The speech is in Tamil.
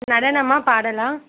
நடனமா பாடலா